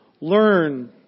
learn